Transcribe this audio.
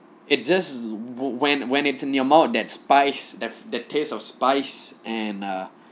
it just when when it's in your mouth that spice that that tastes of spice and err